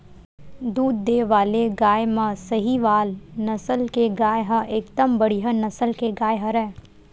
दूद देय वाले गाय म सहीवाल नसल के गाय ह एकदम बड़िहा नसल के गाय हरय